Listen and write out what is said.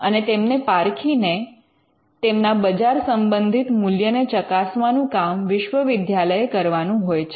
અને તેમને પારખીને તેમના બજાર સંબંધિત મૂલ્યને ચકાસવાનું કામ વિશ્વવિદ્યાલયે કરવાનું હોય છે